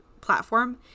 platform